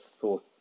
fourth